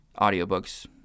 audiobooks